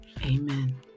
Amen